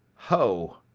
ho,